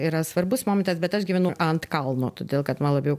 yra svarbus momentas bet aš gyvenu ant kalno todėl kad man labiau